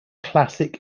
classic